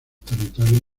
territorios